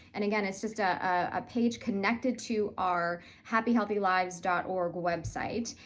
and again it's just a ah page connected to our happyhealthylives dot org website,